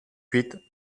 huit